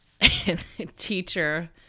teacher